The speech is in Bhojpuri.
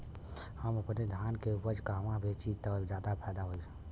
हम अपने धान के उपज कहवा बेंचि त ज्यादा फैदा होई?